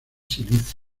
silicio